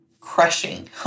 crushing